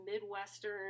Midwestern